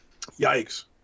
Yikes